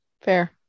Fair